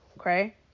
Okay